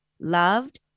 loved